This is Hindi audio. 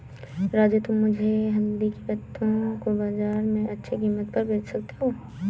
राजू तुम मुझे हल्दी के पत्तों को बाजार में अच्छे कीमत पर बेच सकते हो